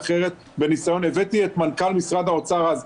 אחרת בניסיון הבאתי את מנכ"ל משרד האוצר אז,